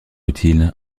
utile